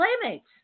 playmates